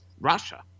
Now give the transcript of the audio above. Russia